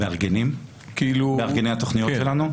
מארגני התכניות שלנו?